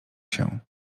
się